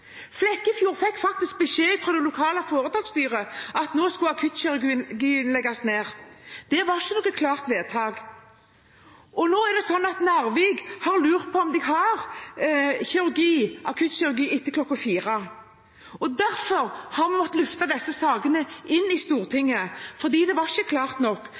Flekkefjord fikk faktisk beskjed fra det lokale foretaksstyret om at nå skulle akuttkirurgien legges ned. Det var ikke noe klart vedtak. Narvik har lurt på om de har akuttkirurgi etter kl. 16. Derfor har vi måttet løfte disse sakene inn i Stortinget fordi det ikke var klart nok.